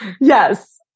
Yes